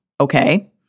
okay